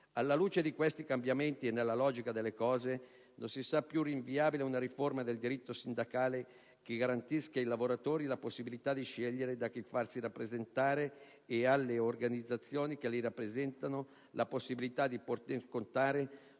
Alla luce di questi cambiamenti, è nella logica delle cose che non sia più rinviabile una riforma del diritto sindacale che garantisca ai lavoratori la possibilità di scegliere da chi farsi rappresentare ed alle organizzazioni che li rappresentano la possibilità di poter contare